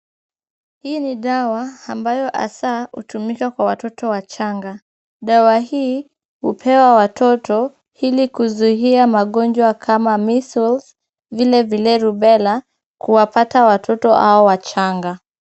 Hii ni dawa ambayo hasa hutumika kwa watoto wachanga. Dawa hii hupewa watoto, ili kuzuia magonjwa kama measles vile vile rubela kuwapata watoto hao wachanga.